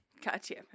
Gotcha